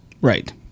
right